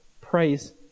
praise